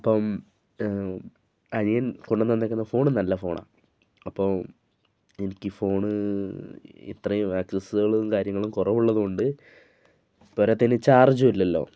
അപ്പം അനിയൻ കൊണ്ട് നന്നിരിക്കുന്ന ഫോൺ നല്ല ഫോണാണ് അപ്പോൾ എനിക്ക് ഫോൺ ഇത്രയും ആക്സസുകളും കാര്യങ്ങളും കുറവുള്ളതു കൊണ്ട് പോരാത്തതിന് ചാർജും ഇല്ലല്ലോ